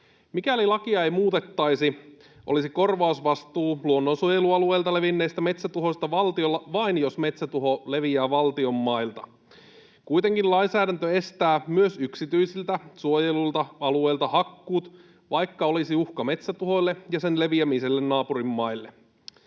Mikäli lakia ei muutettaisi, olisi korvausvastuu luonnonsuojelualueilta levinneistä metsätuhoista valtiolla vain, jos metsätuho leviää valtion mailta. Kuitenkin lainsäädäntö estää myös yksityisiltä suojelluilta alueilta hakkuut, vaikka olisi uhka metsätuhoille ja sen leviämiselle naapurin maille.